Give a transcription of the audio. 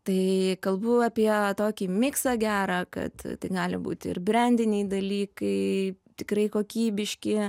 tai kalbų apie tokį miksą gerą kad tai gali būti ir brendeiniai dalykai tikrai kokybiški